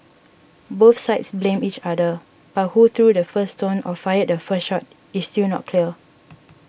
both sides blamed each other but who threw the first stone or fired the first shot is still not clear